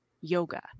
yoga